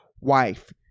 wife